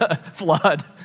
flood